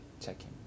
checking